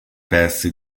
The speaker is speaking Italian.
pezzi